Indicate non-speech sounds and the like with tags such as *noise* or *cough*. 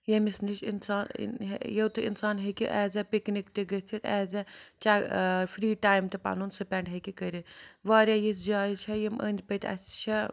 ییٚمِس نِش اِنسان یوٚت تہِ اِنسان ہیٚکہِ ایز اےٚ پِکنِک تہِ گٔژھِتھ ایز اےٚ *unintelligible* فرٛی ٹایِم تہِ پَنُن سٕپٮ۪نٛڈ ہیٚکہِ کٔرِتھ واریاہ یِژھ جایہِ چھےٚ یِم أنٛدۍ پٔتۍ اَسہِ چھےٚ